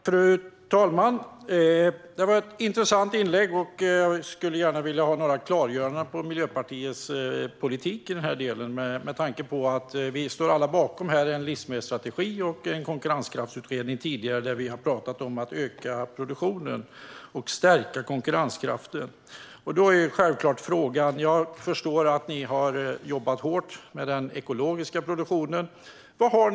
Fru talman! Det var ett intressant inlägg. Jag skulle vilja ha några klargöranden om Miljöpartiets politik, med tanke på att vi alla står bakom en livsmedelsstrategi och en konkurrenskraftsutredning där vi har pratat om att öka produktionen och stärka konkurrenskraften. Jag förstår att ni har jobbat hårt med den ekologiska produktionen, Stina Bergström.